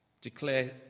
declare